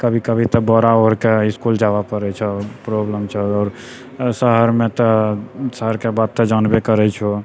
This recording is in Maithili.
कभी कभी तऽ बोरा ओढ़िके इसकुल जाबै पड़ै छऽ प्रॉब्लम छऽ शहरमे तऽ शहरके बात तऽ जानबे करै छऽ